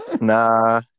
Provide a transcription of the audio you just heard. Nah